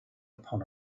upon